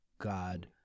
god